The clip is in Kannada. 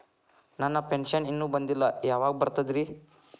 ನನ್ನ ಪೆನ್ಶನ್ ಇನ್ನೂ ಬಂದಿಲ್ಲ ಯಾವಾಗ ಬರ್ತದ್ರಿ?